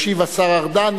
ישיב השר ארדן,